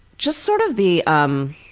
just sort of the, um